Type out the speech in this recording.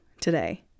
today